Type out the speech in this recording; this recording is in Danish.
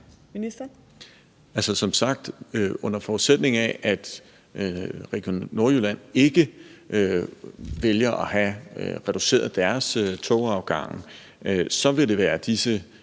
Altså, som sagt, under forudsætning af at Region Nordjylland ikke vælger at have et reduceret antal togafgange, vil det være disse